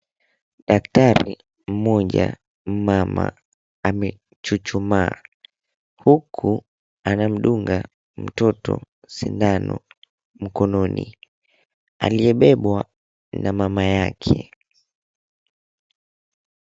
Daktari mmoja mama amechuchumaa huku anamdunga mtoto sindano mkononi aliyebebwa na mama yake.